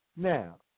now